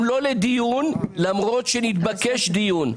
גם לא לדיון, למרות שנתבקש דיון.